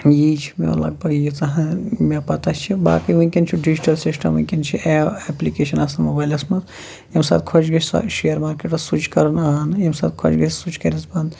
یی چھُ مےٚ لَگ بَگ ییٖژاہ ہَن مےٚ پتا چھِ باقٕے وُنکٮ۪ن چھُ ڈِجٹَل سِسٹَم وُنکٮ۪ن چھِ ایپ ایپلِکیشَن آسان موبایِلَس منٛز ییٚمہِ ساتہٕ خۄش گژھِ شِیر مارکیٚٹَس سوٚچ کَرُن آن ییٚمہِ ساتہٕ خۄش گژھِ سوٚچ کَرٮ۪س بَنٛد